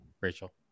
Rachel